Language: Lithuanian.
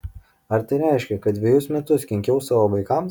ar tai reiškia kad dvejus metus kenkiau savo vaikams